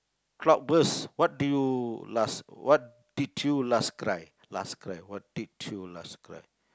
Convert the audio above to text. cloudburst what did you last what did you last cry last cry what did you last cry